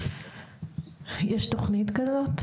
יש תוכנית כזאת?